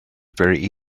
very